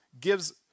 gives